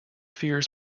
fears